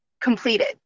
completed